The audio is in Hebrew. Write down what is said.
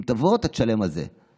אם תבוא, אתה תשלם על זה.